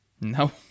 No